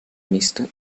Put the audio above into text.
mixta